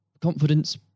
confidence